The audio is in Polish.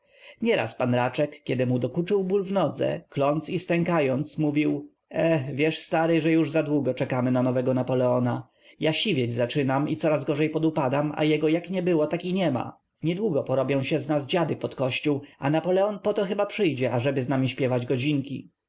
nieraz pan raczek kiedy mu dokuczył ból w nodze klnąc i stękając mówił e wiesz stary że już zadługo czekamy na nowego napoleona ja siwieć zaczynam i coraz gorzej podupadam a jego jak nie było tak i nie ma niedługo porobią się z nas dziady pod kościół a napoleon poto chyba przyjdzie ażeby z nami śpiewać godzinki